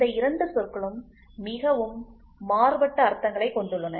இந்த 2 சொற்களும் மிகவும் மாறுபட்ட அர்த்தங்களைக் கொண்டுள்ளன